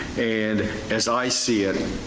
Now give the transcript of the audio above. and as i see it,